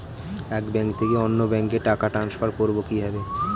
এক ব্যাংক থেকে অন্য ব্যাংকে টাকা ট্রান্সফার করবো কিভাবে?